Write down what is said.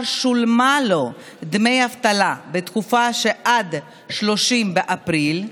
שולמו לו דמי אבטלה בתקופה שעד 30 באפריל,